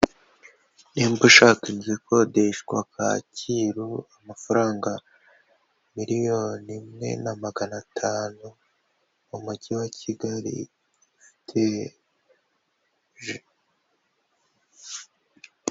Nimba ushaka inzu ikodeshwa kacyiru, amafaranga miliyoni imwe na magana atanu mu mujyi wa kigali ufite.